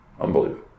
Unbelievable